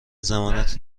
ضمانت